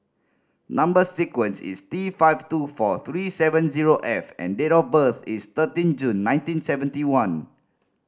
number sequence is T five two four three seven zero F and date of birth is thirteen June nineteen seventy one